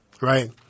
right